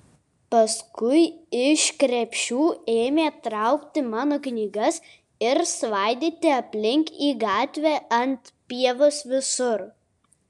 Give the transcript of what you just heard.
paskui iš krepšių ėmė traukti mano knygas ir svaidyti aplink į gatvę ant pievos visur